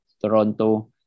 Toronto